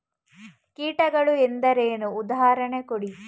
ಕೀಟಗಳು ಎಂದರೇನು? ಉದಾಹರಣೆ ಕೊಡಿ?